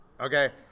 okay